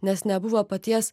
nes nebuvo paties